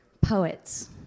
poets